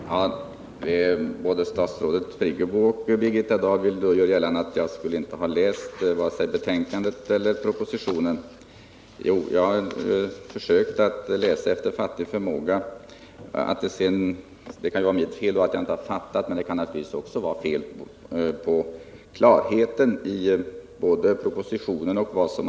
Herr talman! Både statsrådet Birgit Friggebo och Birgitta Dahl vill göra gällande att jag inte har läst vare sig betänkandet eller propositionen. Jag har försökt läsa efter fattig förmåga. Om jag sedan inte har fattat kan det naturligtvis bero på mig, men det kan också bero på brist på klarhet i både propositionen och betänkandet.